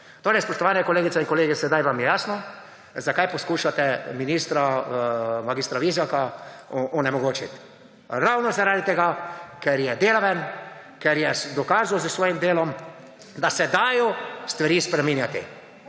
morju. Spoštovani kolegice in kolegi, sedaj vam je jasno, zakaj poskušate ministra mag. Vizjaka onemogočiti. Ravno zaradi tega, ker je delaven, ker je dokazal s svojim delom, da se dajo stvari spreminjati.